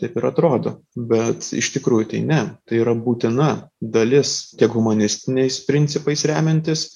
taip ir atrodo bet iš tikrųjų tai ne tai yra būtina dalis tiek humanistiniais principais remiantis